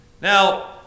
Now